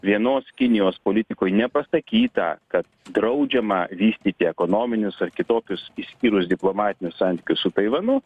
vienos kinijos politikoj nepasakyta kad draudžiama vystyti ekonominius ar kitokius išskyrus diplomatinius santykius su taivanu